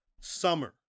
summer